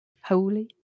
holy